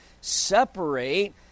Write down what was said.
separate